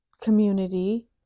community